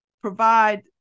provide